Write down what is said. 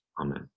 Amen